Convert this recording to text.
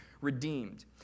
redeemed